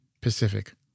Pacific